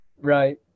Right